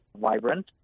vibrant